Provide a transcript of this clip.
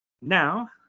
Now